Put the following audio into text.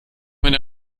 meine